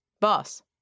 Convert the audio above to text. boss